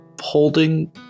holding